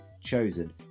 chosen